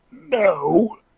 No